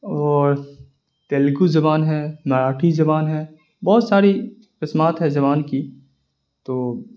اور تیلگو زبان ہے مراٹھی زبان ہے بہت ساری قسمات ہے زبان کی تو